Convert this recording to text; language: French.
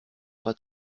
pas